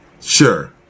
Sure